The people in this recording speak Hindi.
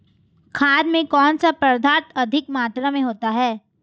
खाद में कौन सा पदार्थ अधिक मात्रा में होता है?